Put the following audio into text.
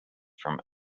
from